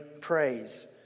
praise